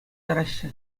яраҫҫӗ